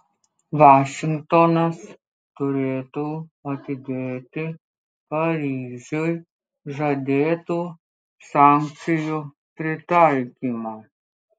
vašingtonas turėtų atidėti paryžiui žadėtų sankcijų pritaikymą